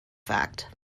fact